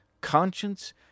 conscience